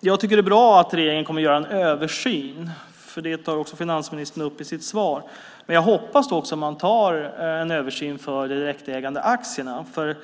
Jag tycker att det är bra att regeringen kommer att göra en översyn - det tar finansministern också upp i sitt svar. Men jag hoppas att man då även gör en översyn när det gäller direkt ägande av aktier.